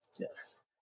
Yes